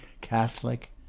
catholic